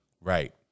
right